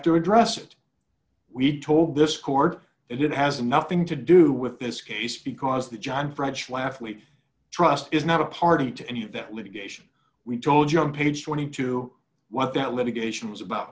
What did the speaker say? to address it we told this court it has nothing to do with this case because the john fred schlafly trust is not a party to any of that litigation we told you on page twenty two what that litigation was about